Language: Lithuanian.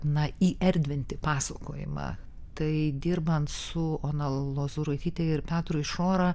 na įerdvinti pasakojimą tai dirbant su ona lozuraityte ir petru išora